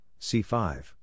C5